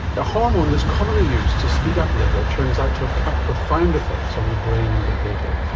a hormone that is commonly used to speed up labour turns out to have quite profound effects on the brain and behaviour.